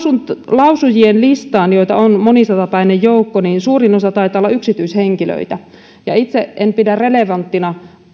lausujien listasta joita on monisatapäinen joukko suurin osa taitaa olla yksityishenkilöitä itse en pidä relevanttina